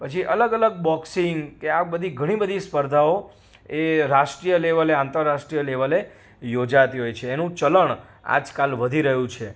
પછી અલગ અલગ બૉક્સિંગ કે આ બધી ઘણી બધી સ્પર્ધાઓ એ રાષ્ટ્રીય લેવલે આંતરરાષ્ટ્રીય લેવલે યોજાતી હોય છે એનું ચલણ આજકાલ વધી રહ્યું છે